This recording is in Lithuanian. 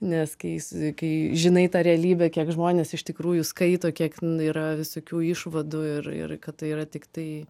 nes kai kai žinai tą realybę kiek žmonės iš tikrųjų skaito kiek yra visokių išvadų ir ir kad tai yra tiktai